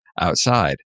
outside